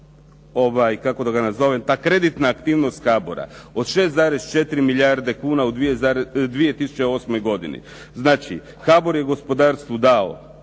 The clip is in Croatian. kako da ga nazovem, ta kreditna aktivnost HABOR-a, od 6,4 milijarde kuna u 2008. godini. Znači HABOR je gospodarstvu dao